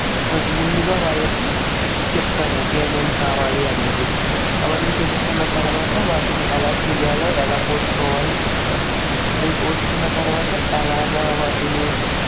ముందుగా వాళ్ళకి చెప్తాను ఏమేమి కావాలి అనేది అవి అన్నీ తెచ్చుకున్న తర్వాత వాటిని ఎలా చేయాలో ఎలా కోసుకోవాలో చెప్తాను అవి కోసుకున్న తర్వాత ఎలాగ వాటిని